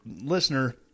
listener